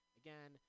again